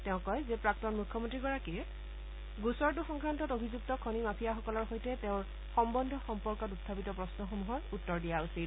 তেওঁ কয় যে প্ৰাক্তন মুখ্যমন্ত্ৰীগৰাকীয়ে গোচৰটো সংক্ৰান্তত অভিযুক্ত খনি মাফিয়াসকলৰ সৈতে তেওঁৰ সম্বন্ধ সম্পৰ্কত উখাপিত প্ৰশ্নসমূহৰ উত্তৰ দিয়া উচিত